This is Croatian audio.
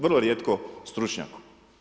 Vrlo rijetko stručnjaku.